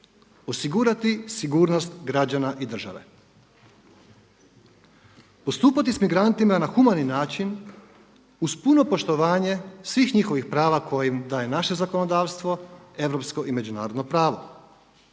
osigurati sigurnost građana i države, postupati s migrantima na humani način uz puno poštovanje svih njihovih prava koje im daje naše zakonodavstvo, europsko i međunarodno prava